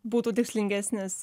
būtų tikslingesnis